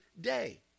day